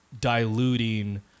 diluting